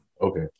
Okay